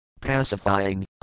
pacifying